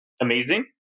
amazing